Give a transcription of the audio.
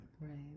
Right